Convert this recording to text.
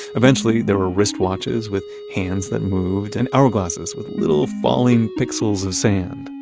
eventually, there were wristwatches with hands that moved and hourglasses with little falling pixels of sand.